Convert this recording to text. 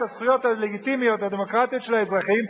את הזכויות הלגיטימיות הדמוקרטיות של האזרחים,